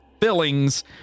fillings